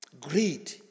Greed